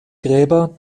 gräber